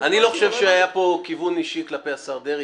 אני לא חושב שהיה פה כיוון אישי כלפי השר דרעי,